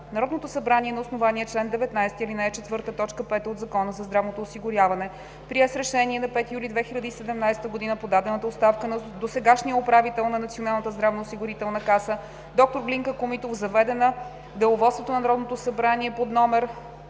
Народното събрание на основание чл. 19, ал. 4, т. 5 от Закона за здравното осигуряване прие с решение на 5 юли 2017 г. подадената оставка на досегашния управител на Националната здравноосигурителна каса – д-р Глинка Комитов, заведена в Деловодството на Народното събрание под номер